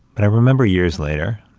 but i remember years later,